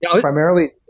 Primarily